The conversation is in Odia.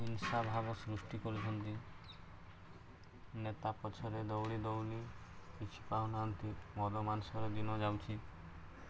ହିଂସା ଭାବ ସୃଷ୍ଟି କରୁଛନ୍ତି ଆମେ ତା ପଛରେ ଦଉଡ଼ି ଦଉଡ଼ି କିଛି ପାଉନାହାନ୍ତି ମଦ ମାଂସର ଦିନ ଯାଉଛି